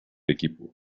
equipo